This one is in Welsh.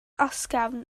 ysgafn